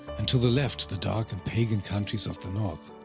and to the left the dark and pagan countries of the north,